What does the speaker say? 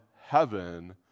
heaven